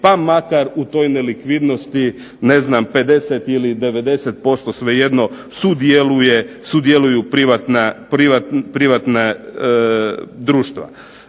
pa makar u toj nelikvidnosti ne znam 50 ili 90% svejedno sudjeluju privatna društva.